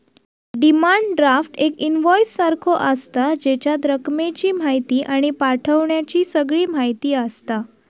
demand draft एक invoice सारखो आसता, जेच्यात रकमेची म्हायती आणि पाठवण्याची सगळी म्हायती आसता